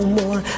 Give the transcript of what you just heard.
more